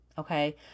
Okay